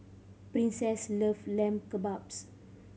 Princess love Lamb Kebabs